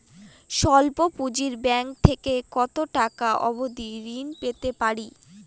স্বল্প পুঁজির ব্যাংক থেকে কত টাকা অবধি ঋণ পেতে পারি?